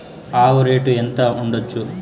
ఆవు రేటు ఎంత ఉండచ్చు?